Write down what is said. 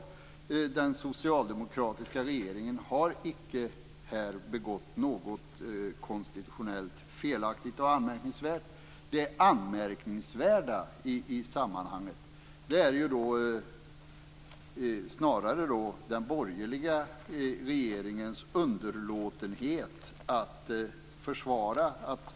Den socialdemokratiska regeringen har icke här gjort något konstitutionellt felaktigt eller anmärkningsvärt. Det anmärkningsvärda i sammanhanget är snarare den borgerliga regeringens underlåtenhet att försvara sig.